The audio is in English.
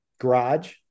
garage